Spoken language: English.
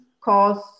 cause